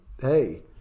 hey